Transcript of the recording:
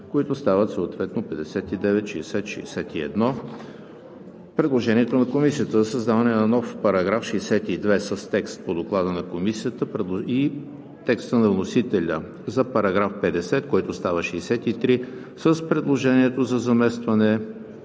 които стават съответно § 59, § 60 и § 61; предложението на Комисията за създаване на нов § 62 с текст по Доклада на Комисията и текста на вносителя за § 50, който става § 63, с предложението за заместване